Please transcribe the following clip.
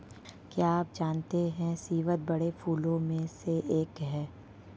क्या आप जानते है स्रीवत बड़े फूलों में से एक है